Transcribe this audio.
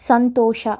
ಸಂತೋಷ